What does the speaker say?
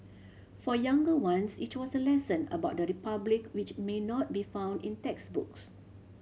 for younger ones it was a lesson about the Republic which may not be found in textbooks